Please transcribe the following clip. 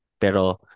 Pero